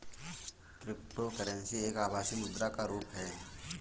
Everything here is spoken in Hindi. क्रिप्टोकरेंसी एक आभासी मुद्रा का रुप है